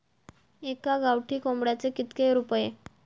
एका गावठी कोंबड्याचे कितके रुपये?